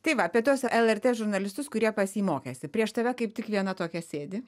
tai va apie tuos lrt žurnalistus kurie pas jį mokėsi prieš tave kaip tik viena tokia sėdi